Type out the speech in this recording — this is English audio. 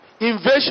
Invasion